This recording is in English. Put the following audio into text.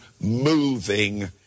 moving